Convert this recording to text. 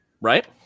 Right